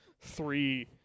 three